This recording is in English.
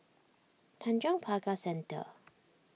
Tanjong Pagar Centre